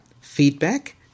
feedback